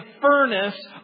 furnace